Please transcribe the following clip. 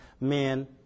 men